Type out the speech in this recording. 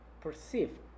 perceived